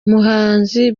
umuhanzi